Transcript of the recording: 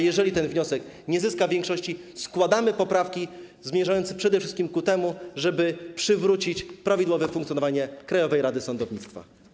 Jeżeli ten wniosek nie zyska większości, złożymy poprawki zmierzające przede wszystkim ku temu, żeby przywrócić prawidłowe funkcjonowanie Krajowej Rady Sądownictwa.